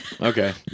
okay